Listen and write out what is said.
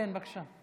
איתן, בבקשה.